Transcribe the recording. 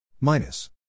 minus